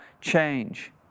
change